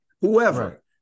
Whoever